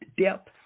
depth